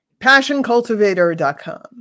PassionCultivator.com